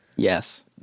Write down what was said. Yes